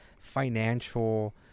financial